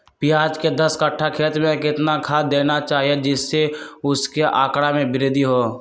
प्याज के दस कठ्ठा खेत में कितना खाद देना चाहिए जिससे उसके आंकड़ा में वृद्धि हो?